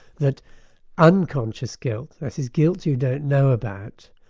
that unconscious guilt, that is guilt you don't know about,